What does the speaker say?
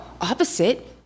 opposite